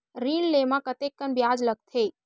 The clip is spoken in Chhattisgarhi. ऋण ले म कतेकन ब्याज लगथे?